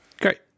Great